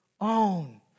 own